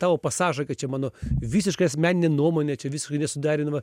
tavo pasažą kad čia mano visiškai asmeninė nuomonė čia visiškai nesuderinama